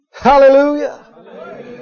Hallelujah